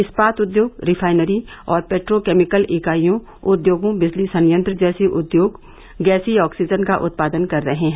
इस्पात उद्योग रिफाइनरी और पेट्रोकैमिकल इकाइयों उद्योगों बिजली संयंत्र जैसे उद्योग गैसीय ऑक्सीजन का उत्पादन कर रहे हैं